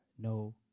no